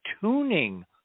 tuning